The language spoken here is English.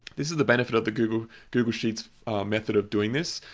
this is the benefit of the google google sheets method of doing this.